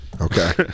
Okay